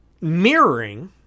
Mirroring